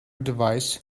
device